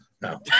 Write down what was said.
No